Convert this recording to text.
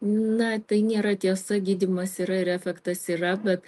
na tai nėra tiesa gydymas yra ir efektas yra bet